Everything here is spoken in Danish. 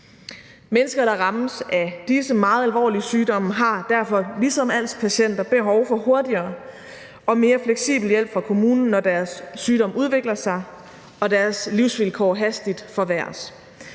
Mennesker, der rammes af disse meget alvorlige sygdomme, har derfor ligesom alspatienter behov for hurtigere og mere fleksibel hjælp fra kommunen, når deres sygdom udvikler sig og deres livsvilkår hastigt forværres.